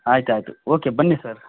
ಆಯ್ತು ಆಯಿತು ಓಕೆ ಬನ್ನಿ ಸರ್